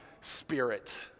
Spirit